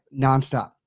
nonstop